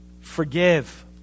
forgive